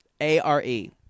A-R-E